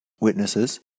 witnesses